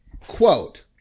quote